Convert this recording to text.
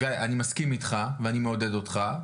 גיא, אני מסכים איתך, ואני מעודד אותך.